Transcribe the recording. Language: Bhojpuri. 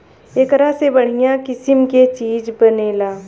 एकरा से बढ़िया किसिम के चीज बनेला